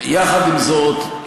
יחד עם זאת,